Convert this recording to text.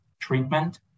treatment